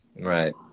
Right